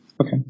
Okay